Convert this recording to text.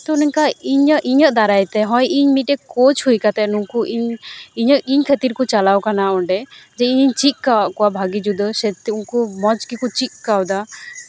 ᱱᱚᱝᱠᱟ ᱤᱧᱟᱹᱜ ᱫᱟᱨᱟᱭ ᱛᱮ ᱤᱧ ᱢᱤᱫᱴᱮᱡ ᱠᱳᱪ ᱦᱩᱭ ᱠᱟᱛᱮ ᱱᱩᱠᱩ ᱤᱧᱟᱹᱜ ᱤᱧ ᱠᱷᱟᱹᱛᱤᱨ ᱠᱚ ᱪᱟᱞᱟᱣ ᱠᱟᱱᱟ ᱚᱸᱰᱮ ᱡᱮ ᱤᱧᱤᱧ ᱪᱮᱫ ᱠᱟᱜ ᱠᱚᱣᱟ ᱵᱷᱟᱜᱮ ᱡᱩᱫᱟᱹ ᱩᱱᱠᱩ ᱢᱚᱡᱽ ᱜᱮᱠᱚ ᱪᱮᱫ ᱠᱟᱣᱫᱟ